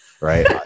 right